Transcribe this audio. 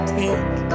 take